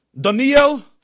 Daniel